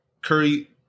Curry